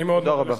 אני מאוד מודה לך.